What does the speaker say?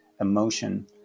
emotion